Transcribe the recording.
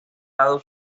dado